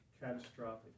catastrophic